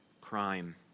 crime